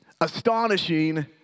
astonishing